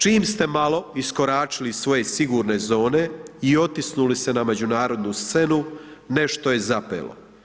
Čim ste malo iskoračili iz svoje sigurne zone i otisnuli se na međunarodnu scenu, nešto je zapelo.